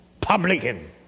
publican